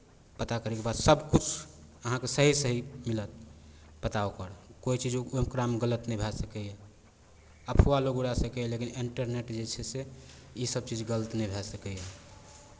पता करयके बाद सभकिछु अहाँकेँ सही सही मिलत पता ओकर कोइ चीज ओकरामे गलत नहि भए सकैए अफवाह लोक उड़ा सकैए लेकिन इन्टरनेट जे छै से इसभ चीज गलत नहि भए सकैए